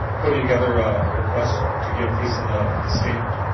putting together a request to get a piece of the the state